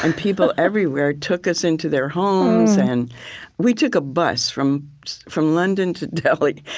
and people everywhere took us into their homes. and we took a bus from from london to delhi.